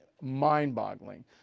mind-boggling